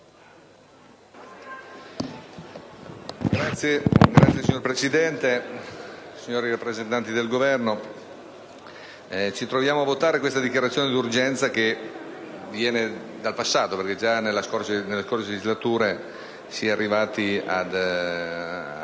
Signor Presidente, signori rappresentanti del Governo, ci troviamo a votare su questa dichiarazione di urgenza che viene dal passato: infatti, già nella scorsa legislatura si è arrivati